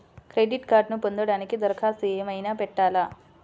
Credit కార్డ్ను పొందటానికి దరఖాస్తు ఏమయినా పెట్టాలా?